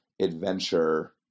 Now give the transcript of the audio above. adventure